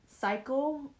cycle